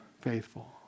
faithful